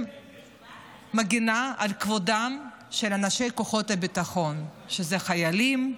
שמגינה על כבודם של אנשי כוחות הביטחון, חיילים,